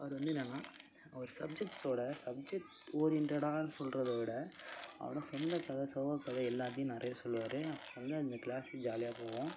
அவர் வந்து என்னென்னா அவர் சப்ஜெக்ட்சோட சப்ஜெக்ட் ஓரியன்ட்டடாக சொல்கிறத விட அவரோட சொந்த கதை சோக கதை எல்லாத்தையும் நிறைய சொல்லுவார் அப்போ வந்து அந்த க்ளாஸ் ஜாலியாக போகும்